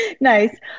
Nice